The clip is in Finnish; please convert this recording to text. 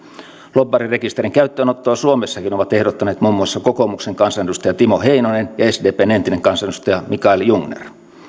lobbarirekisterin käyttöönottoa suomessakin ovat ehdottaneet muun muassa kokoomuksen kansanedustaja timo heinonen ja sdpn entinen kansanedustaja mikael jungner